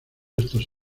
estos